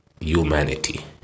humanity